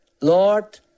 Lord